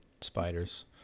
spiders